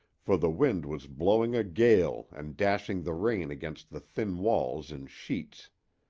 for the wind was blowing a gale and dashing the rain against the thin walls in sheets.